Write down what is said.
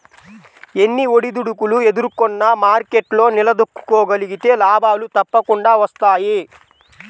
ఎన్ని ఒడిదుడుకులు ఎదుర్కొన్నా మార్కెట్లో నిలదొక్కుకోగలిగితే లాభాలు తప్పకుండా వస్తాయి